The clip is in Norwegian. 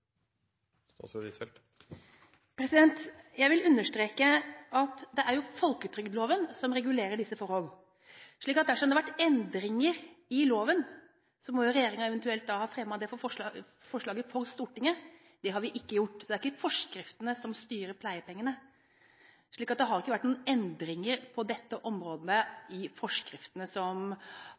Jeg vil understreke at det er folketrygdloven som regulerer disse forholdene. Dersom det har vært endringer i loven, må regjeringen eventuelt ha fremmet det forslaget for Stortinget. Det har vi ikke gjort. Det er ikke forskriftene som styrer pleiepengene. Det har ikke vært noen endringer på dette området i forskriftene som